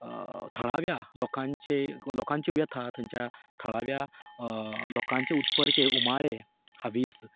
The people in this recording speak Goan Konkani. थळाव्या लोकांचे लोकांची व्यथा थंयच्या थळाव्या लोकांचे उतफर्के उमाळे हांवेस